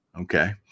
okay